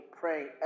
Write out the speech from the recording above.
praying